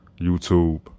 YouTube